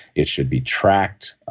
it should be tracked.